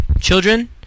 Children